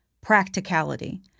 Practicality